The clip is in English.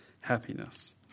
happiness